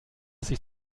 sich